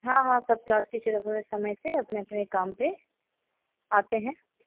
हाँ हाँ सब क्लासेज़ रेग़ुलर समय से अपने अपने काम पर आते हैं